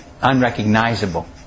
unrecognizable